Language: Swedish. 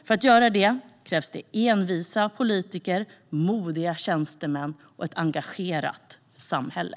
För att göra det krävs det envisa politiker, modiga tjänstemän och ett engagerat samhälle.